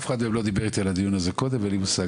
אף אחד מהם לא דיבר איתי על הדיון הזה קודם ואין לי מושג,